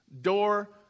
door